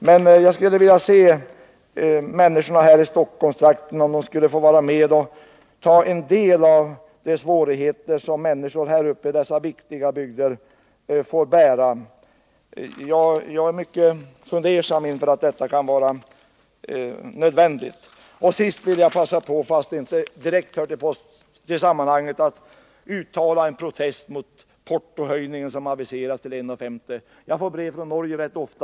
Men jag skulle vilja se hur människorna här i Stockholmstrakten skulle reagera om de fick möta en del av de svårigheter som människorna här uppe i dessa viktiga bygder får bära. Jag är mycket tveksam till att detta skulle vara nödvändigt. Sist vill jag — fast det inte direkt hör till sammanhanget — passa på att uttala en protest mot den portohöjning till 1:50 kr. som aviserats. Jag får rätt ofta brev från Norge.